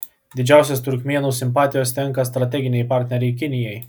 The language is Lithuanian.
didžiausios turkmėnų simpatijos tenka strateginei partnerei kinijai